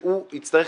שהוא הצטרך.